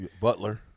Butler